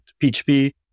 PHP